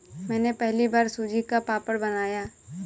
मैंने पहली बार सूजी का पापड़ बनाया